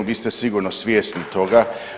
Vi ste sigurno svjesni toga.